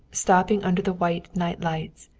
stopping under the white night lights,